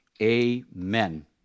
amen